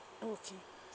oh okay